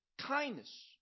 kindness